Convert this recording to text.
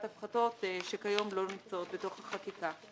הפחתת שכיום לא נמצאות בתוך החקיקה.